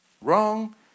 wrong